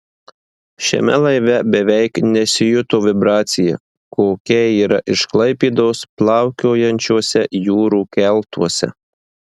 šiame laive beveik nesijuto vibracija kokia yra iš klaipėdos plaukiojančiuose jūrų keltuose